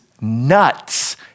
nuts